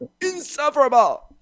insufferable